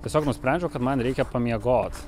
tiesiog nusprendžiau kad man reikia pamiegot